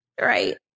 right